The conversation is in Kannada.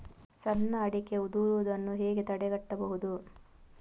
ಸಣ್ಣ ಅಡಿಕೆ ಉದುರುದನ್ನು ಹೇಗೆ ತಡೆಗಟ್ಟಬಹುದು?